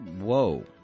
whoa